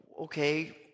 okay